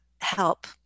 help